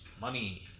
money